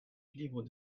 libre